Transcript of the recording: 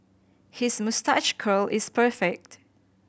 his moustache curl is perfect